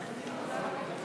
(תיקון,